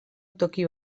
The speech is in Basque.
toki